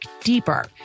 deeper